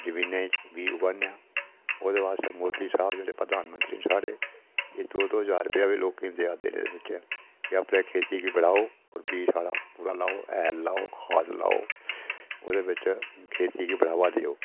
ते अस लोक जमीनै च बी उगानेआं ओह्दे बाद मोदी साह्ब जेह्ड़े प्रदानमंत्री न साढ़े एह् दो दो हजार रपेआ बी लोकैं गी देआ दे न कि अपना खेती गी बढाओ ते बीऽ साढ़ा पूरा लाओ हैल लाओ खाद लाओ ओह्दे बिच खेती गी बढावा देओ